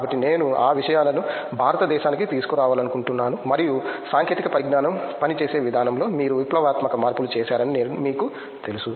కాబట్టి నేను ఆ విషయాలను భారతదేశానికి తీసుకురావాలనుకుంటున్నాను మరియు సాంకేతిక పరిజ్ఞానం పనిచేసే విధానంలో మీరు విప్లవాత్మక మార్పులు చేశారని మీకు తెలుసు